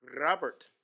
Robert